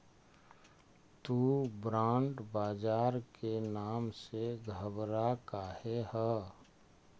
तु बॉन्ड बाजार के नाम से घबरा काहे ह?